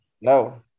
No